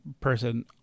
person